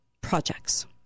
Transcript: projects